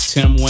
Tim